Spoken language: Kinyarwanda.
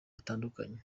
butandukanye